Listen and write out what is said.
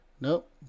nope